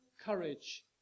courage